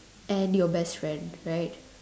and your best friend right